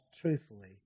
truthfully